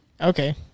Okay